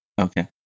Okay